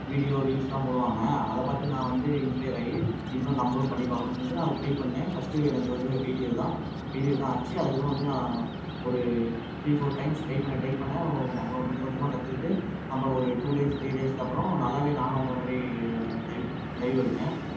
video ரீல்ஸ்லாம் போடுவாங்க அதை பார்த்து நான் வந்து இன்ஸ்பயர் ஆகி இது மாதிரி நம்மளும் பண்ணி பார்க்கணுன்னு சொல்லிட்டு நான் ட்ரை பண்ணேன் ஃபர்ஸ்ட்டு எனக்கு வந்து ஃபெய்லியர் தான் ஃபெய்லியர் தான் ஆச்சு அதுக்கப்பறம் வந்து நான் ஒரு த்ரி ஃபோர் டைம்ஸ் ட்ரை பண்ண ட்ரை பண்ண அப்பறம் கொஞ்சம் கொஞ்சமாக கற்றுக்கிட்டு அப்பறம் ஒரு டூ டேஸ் த்ரீ டேஸ்க்கு அப்பறம் நல்லாவே நானும் அவங்கள மாதிரி டைவ் டைவ் அடித்தேன்